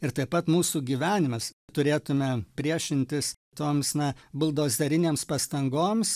ir taip pat mūsų gyvenimas turėtume priešintis toms na buldozerinėms pastangoms